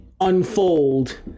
unfold